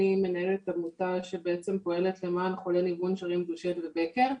אני מנהלת עמותה שפועלת למען חולי ניוון שרירים דושן ובקר.